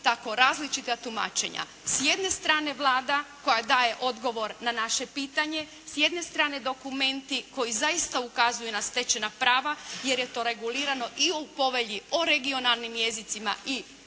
tako različita tumačenja. S jedne strane Vlada koja daje odgovor na naše pitanje, s jedne strane dokumenti koji zaista ukazuju na stečena prava jer je to regulirano i u Povelji o regionalnim jezicima i manjinskim